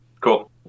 cool